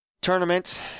tournament